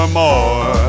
more